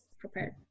prepared